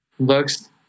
looks